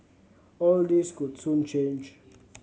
all this could soon change